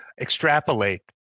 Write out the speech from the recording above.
extrapolate